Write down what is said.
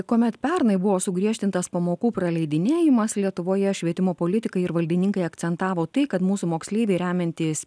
kuomet pernai buvo sugriežtintas pamokų praleidinėjimas lietuvoje švietimo politikai ir valdininkai akcentavo tai kad mūsų moksleiviai remiantis